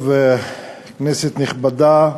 בבקשה.